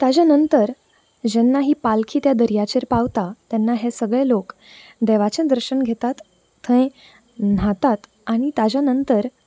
ताच्या नंतर जेन्ना ही पालखी त्या दर्याचेर पावता तेन्ना हे सगळें लोख देवाचें दर्शन घेतात थंय न्हातात आनी ताच्या नंतर